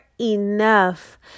enough